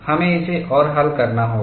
हमें इसे और हल करना होगा